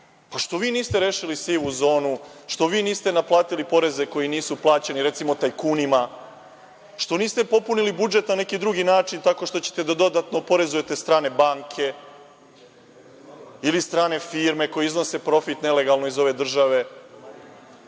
Pa, što vi niste rešili sivu zonu? Što vi niste naplatili poreze koji nisu plaćeni recimo tajkunima? Što niste popunili budžet na neki drugi način, tako što ćete da dodatno oporezujete strane banke ili strane firme koje iznose profit nelegalno iz ove države?